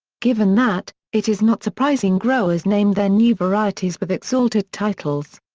given that, it is not surprising growers named their new varieties with exalted titles.